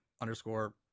underscore